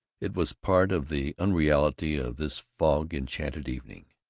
it was part of the unreality of this fog-enchanted evening.